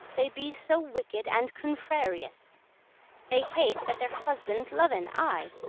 they be so wicked and contrarious they hate that their husbands loven aye.